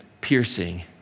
piercing